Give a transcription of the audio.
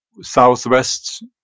Southwest